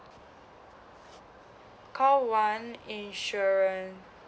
call one insurant